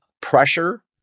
Pressure